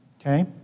Okay